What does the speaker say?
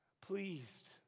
pleased